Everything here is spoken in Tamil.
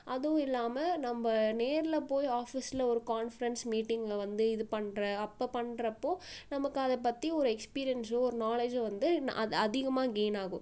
அதுவும் இல்லாமல் நம்ம நேரில் போய் ஆஃபீஸில் ஒரு கான்ஃப்ரன்ஸ் மீட்டிங்கில் வந்து இது பண்ணுற அப்போ பண்ணுறப்போ நமக்கு அதைப் பற்றி ஒரு எக்ஸ்பீரியன்ஸோ ஒரு நாலேஜோ வந்து ந அதை அதிகமாக கெயின் ஆகும்